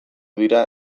dira